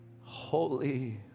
holy